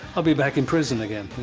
i'll be back in prison again,